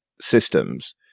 systems